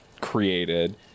created